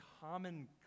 common